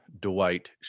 Dwight